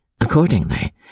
Accordingly